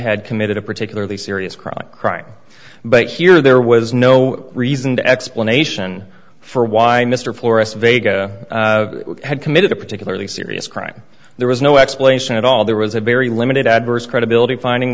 had committed a particularly serious crime crime but here there was no reason the explanation for why mr forrest vega had committed a particularly serious crime there was no explanation at all there was a very limited adverse credibility finding